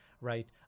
right